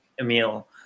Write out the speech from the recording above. Emil